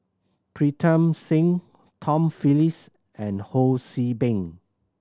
Pritam Singh Tom Phillips and Ho See Beng